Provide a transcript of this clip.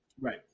Right